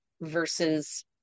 versus